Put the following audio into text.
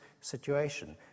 situation